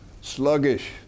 sluggish